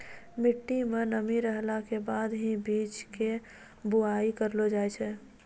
मिट्टी मं नमी रहला के बाद हीं बीज के बुआई करलो जाय छै